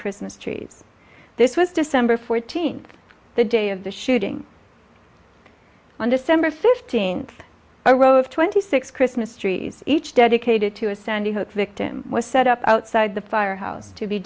christmas trees this was december fourteenth the day of the shooting on december fifteenth a row of twenty six christmas trees each dedicated to a sandy hook victim was set up outside the firehouse to be